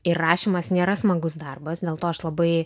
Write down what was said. ir rašymas nėra smagus darbas dėl to aš labai